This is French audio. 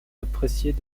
appréciées